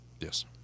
Yes